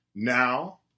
Now